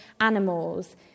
animals